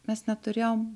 mes neturėjom